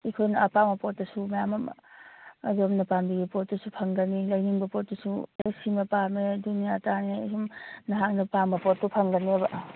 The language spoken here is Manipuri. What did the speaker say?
ꯑꯩꯈꯣꯏꯅ ꯑꯄꯥꯝꯕ ꯄꯣꯠꯇꯨꯁꯨ ꯃꯌꯥꯝ ꯑꯃ ꯑꯗꯣꯝꯅ ꯄꯥꯝꯕꯤꯕ ꯄꯣꯠꯇꯨꯁꯨ ꯐꯪꯒꯅꯤ ꯂꯩꯅꯤꯡꯕ ꯄꯣꯠꯇꯨꯁꯨ ꯑꯦ ꯁꯤꯑꯃ ꯄꯥꯝꯃꯦ ꯑꯗꯨꯅꯤ ꯑꯗꯥꯅꯦ ꯁꯨꯝ ꯅꯍꯥꯛꯅ ꯄꯥꯝꯕ ꯄꯣꯠꯇꯣ ꯐꯪꯒꯅꯦꯕ